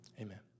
amen